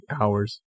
hours